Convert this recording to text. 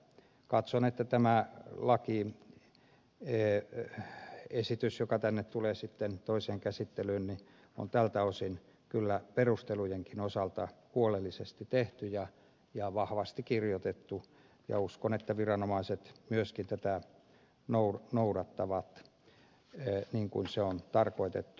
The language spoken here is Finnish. katson että tämä lakiesitys joka tänne tulee sitten toiseen käsittelyyn on tältä osin kyllä perustelujenkin osalta huolellisesti tehty ja vahvasti kirjoitettu ja uskon että viranomaiset myöskin tätä noudattavat niin kuin se on tarkoitettu